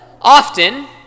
often